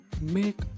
Make